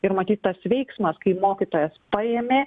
ir matyt tas veiksmas kai mokytojas paėmė